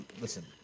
Listen